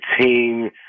team